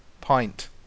Pint